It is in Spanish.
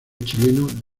chileno